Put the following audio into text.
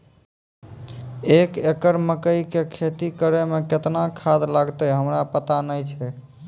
एक एकरऽ मकई के खेती करै मे केतना खाद लागतै हमरा पता नैय छै?